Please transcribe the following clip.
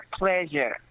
pleasure